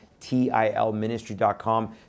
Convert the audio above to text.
tilministry.com